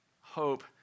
hope